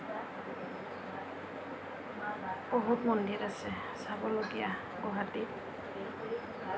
বহুত মন্দিৰ আছে চাবলগীয়া গুৱাহাটীত